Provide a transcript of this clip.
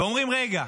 ואומרים: רגע,